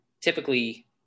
typically